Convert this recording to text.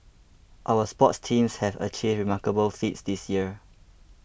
our sports teams have achieved remarkable feats this year